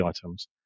items